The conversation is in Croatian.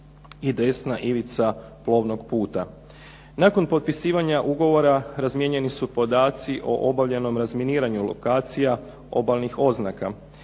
i desna ivica plovnog puta. Nakon potpisivanja ugovora razmijenjeni su podaci o obavljenom razminiranju lokacija obalnih oznaka,